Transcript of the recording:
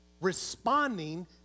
responding